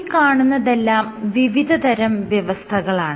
ഈ കാണുന്നതെല്ലാം വിവിധതരം വ്യവസ്ഥകളാണ്